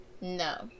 no